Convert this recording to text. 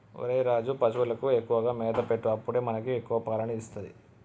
ఒరేయ్ రాజు, పశువులకు ఎక్కువగా మేత పెట్టు అప్పుడే మనకి ఎక్కువ పాలని ఇస్తది